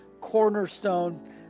cornerstone